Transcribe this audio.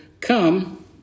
come